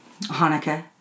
Hanukkah